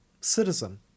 citizen